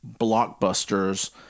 blockbusters